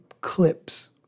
clips